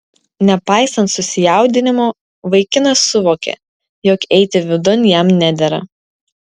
nepaisant susijaudinimo vaikinas suvokė jog eiti vidun jam nedera